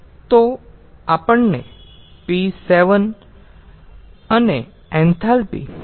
તો આપણને p7 અને એન્થાલ્પી મળી છે